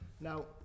Now